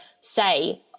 say